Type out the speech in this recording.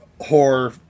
horror